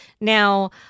Now